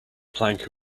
plank